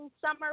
summer